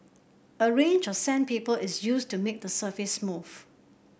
a range of sandpaper is used to make the surface smooth